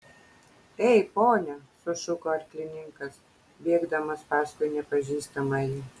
ei pone sušuko arklininkas bėgdamas paskui nepažįstamąjį